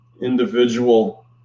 individual